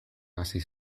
hasi